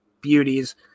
beauties